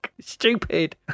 Stupid